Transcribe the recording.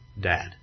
Dad